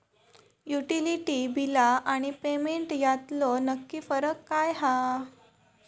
Utility बिला आणि payment यातलो नक्की फरक काय हा?